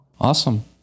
Awesome